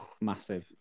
Massive